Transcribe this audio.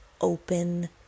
open